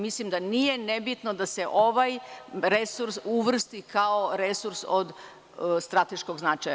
Mislim da nije nebitno da se ovaj resurs uvrsti kao resurs od strateškog značaja.